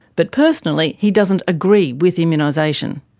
but personally he doesn't agree with immunisation.